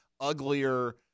uglier